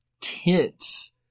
tense